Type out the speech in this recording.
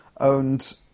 owned